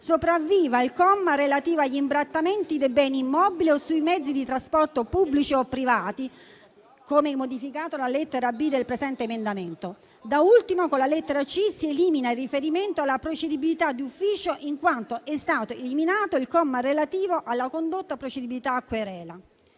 sopravviva il comma relativo agli imbrattamenti dei beni immobili o sui mezzi di trasporto pubblici o privati, come modificata la lettera *b)* del presente emendamento. Da ultimo, con la lettera *c)* si elimina il riferimento alla procedibilità d'ufficio in quanto è stato eliminato il comma relativo alla condotta procedibile a querela.